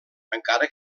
encara